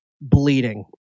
bleeding